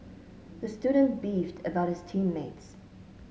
the student beefed about his team mates